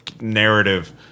narrative